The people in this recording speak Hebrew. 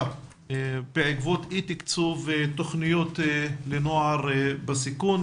בעקבות אי תקצוב תוכניות לנוער בסיכון,